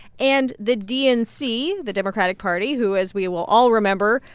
and the dnc the democratic party, who, as we will all remember,